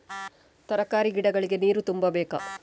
ತರಕಾರಿ ಗಿಡಗಳಿಗೆ ನೀರು ತುಂಬಬೇಕಾ?